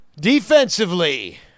Defensively